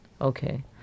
Okay